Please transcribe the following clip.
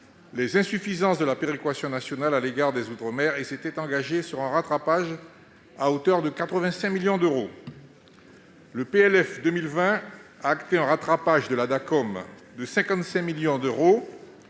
les insuffisances de la péréquation nationale à l'égard des outre-mer et s'est engagé à un rattrapage à hauteur de 85 millions d'euros. Le PLF pour 2020 a acté un rattrapage de la Dacom de 55 millions d'euros